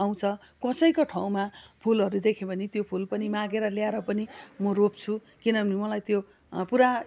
आउँछ कसैको ठाउँमा फुलहरू देख्यो भने त्यो फुल पनि मागेर ल्याएर पनि म रोप्छु किनभने मलाई त्यो पुरा